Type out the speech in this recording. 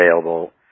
available